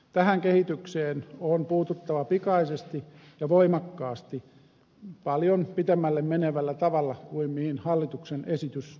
tähän kehitykseen on puututtava pikaisesti ja voimakkaasti paljon pidemmälle menevällä tavalla kuin mihin hallituksen esitys johtaa